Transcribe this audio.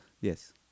yes